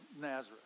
Nazareth